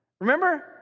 Remember